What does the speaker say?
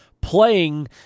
playing